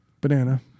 Banana